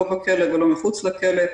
לא בכלא ולא מחוץ לכלא.